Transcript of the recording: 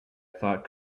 thought